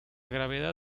gravedad